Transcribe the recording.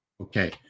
Okay